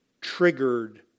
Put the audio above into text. triggered